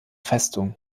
festung